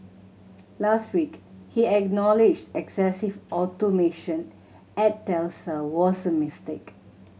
last week he acknowledged excessive automation at Tesla was a mistake